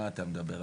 מה אתה מדבר,